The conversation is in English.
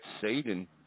Satan